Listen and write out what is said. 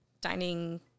dining